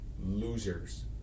Losers